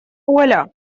оля